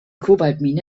kobaltmine